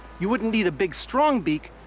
you wouldn't need a big, strong beak,